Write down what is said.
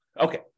Okay